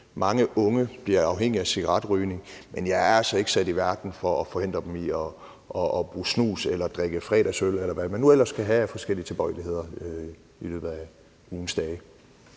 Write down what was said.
mange unge bliver afhængige af cigaretrygning, men jeg er altså ikke sat i verden for at forhindre dem i at bruge snus eller drikke fredagsøl, eller hvad man nu ellers kan have af forskellige tilbøjeligheder i løbet af ugens dage.